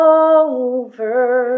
over